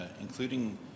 including